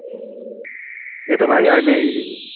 त्यही त भाइ अहिले